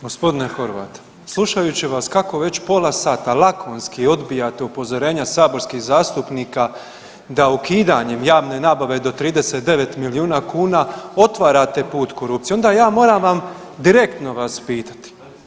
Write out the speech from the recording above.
Gospodine Horvat, slušajući vas kako već pola sata lakonski odbijate upozorenja saborskih zastupnika da ukidanjem javnog nabave do 39 milijuna kuna otvarate put korupciji onda ja moram vam direktno vas pitati.